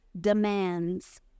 demands